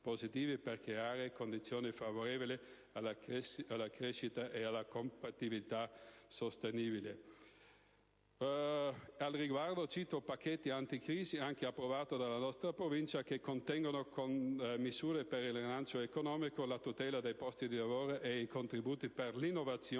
per creare condizioni favorevoli alla crescita e alla compatibilità sostenibile. Al riguardo, cito pacchetti anticrisi, approvati anche dalla nostra Provincia, che contengono misure per il rilancio economico, la tutela dei posti di lavoro e i contributi per l'innovazione,